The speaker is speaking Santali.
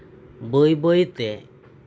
ᱵᱟᱹᱭᱼᱵᱟᱹᱭ ᱛᱮ